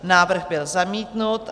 Návrh byl zamítnut.